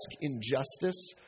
injustice